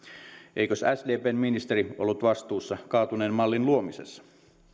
eikös sdpn ministeri ollut vastuussa kaatuneen mallin luomisesta